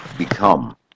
become